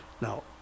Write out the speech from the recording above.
Now